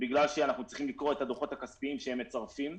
בגלל שאנחנו צריכים לקרוא את הדוחות הכספיים שהם מצרפים.